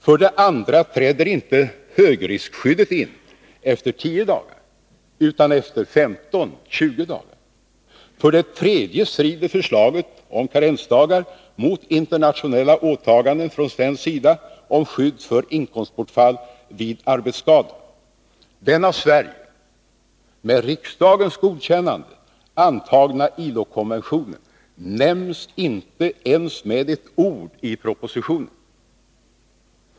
För det andra träder inte högriskskyddet in efter tio dagar utan efter 15-20 dagar. För det tredje strider förslaget om karensdagar mot internationella åtaganden från svensk sida om skydd för inkomstbortfall vid arbetsskada. Den av Sverige, med riksdagens godkännande, antagna ILO-konventionen nämns inte ens med ett ord i propositionen.